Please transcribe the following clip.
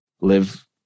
live